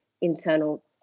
internal